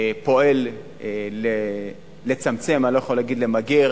פועל לצמצם, אני לא יכול להגיד למגר,